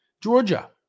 Georgia